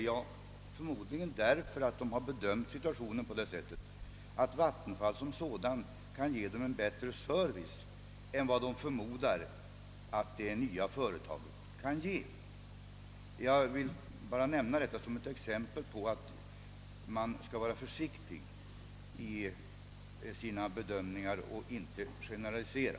Jo, antagligen för att de har bedömt situationen på det sättet att vattenfallsverket givit dem en bättre service än vad de förmodar att det nya företaget kan ge. Jag vill bara nämna detta som ett exempel på att man skall vara försiktig i sina bedömningar och inte generalisera.